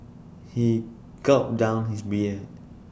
he gulped down his beer